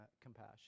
compassion